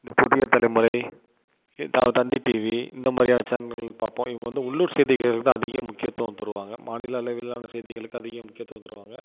இந்த புதியதலைமுறை இ தா தந்தி டிவி இந்த மாதிரியான சேனல்கள் பார்ப்போம் இவங்க வந்து உள்ளூர் செய்திகளுக்கு தான் அதிக முக்கியத்துவம் தருவாங்க மாநில அளவிலான செய்திகளுக்கு அதிக முக்கியத்துவம் தருவாங்க